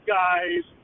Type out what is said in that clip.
guys